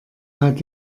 hat